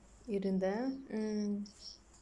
இருந்தா:irundthaa mm